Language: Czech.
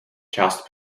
část